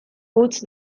utz